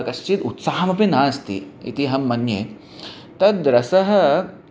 कश्चित् उत्साहोपि नास्ति इति अहं मन्ये तद् रसः